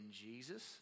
Jesus